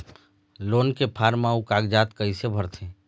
Loan के form अऊ कागजात कइसे भरथें?